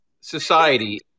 society